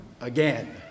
again